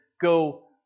go